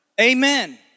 Amen